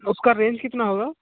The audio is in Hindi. और उसका रेन्ज कितना होगा